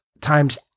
times